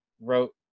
wrote